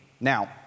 Now